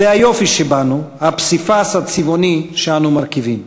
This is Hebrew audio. וזה היופי שבנו, הפסיפס הצבעוני שאנו מרכיבים.